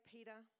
Peter